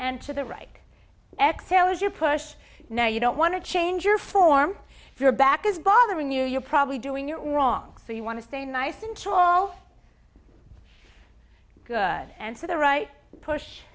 and to the right exhale as you push now you don't want to change your form your back is bothering you you're probably doing it wrong so you want to stay nice and chill all good and so the right push